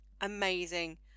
amazing